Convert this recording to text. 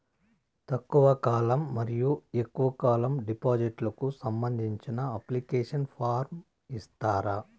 తక్కువ కాలం మరియు ఎక్కువగా కాలం డిపాజిట్లు కు సంబంధించిన అప్లికేషన్ ఫార్మ్ ఇస్తారా?